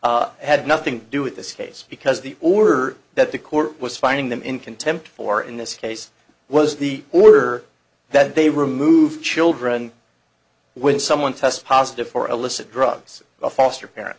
order had nothing to do with this case because the order that the court was finding them in contempt for in this case was the order that they remove children when someone tests positive for illicit drugs a foster parent